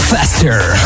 Faster